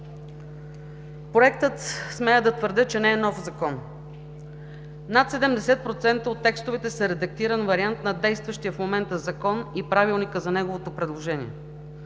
Проектът, смея да твърдя, че не е нов Закон. Над 70% от текстовете са редактиран вариант на действащия в момента Закон и Правилника за неговото приложение.